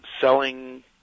selling